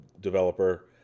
developer